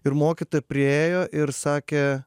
ir mokytoja priėjo ir sakė